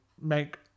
make